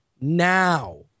now